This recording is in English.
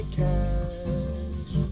cash